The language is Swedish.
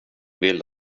vill